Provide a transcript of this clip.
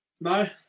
No